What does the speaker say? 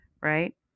right